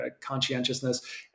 conscientiousness